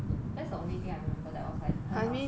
that's the only thing I remember there was like 很好笑